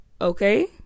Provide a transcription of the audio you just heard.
Okay